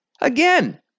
Again